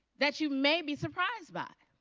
that you may be surprised by.